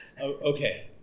okay